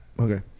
Okay